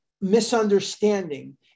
misunderstanding